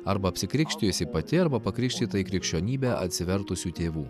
arba apsikrikštijusi pati arba pakrikštyta į krikščionybę atsivertusių tėvų